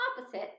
opposite